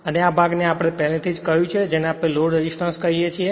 અને આ ભાગને આપણે પહેલેથી જ કહ્યું છે જેને આપણે લોડ રેઝિસ્ટન્સ કહીએ છીએ